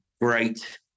great